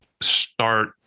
start